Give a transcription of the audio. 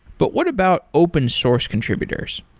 but what about open source contributors?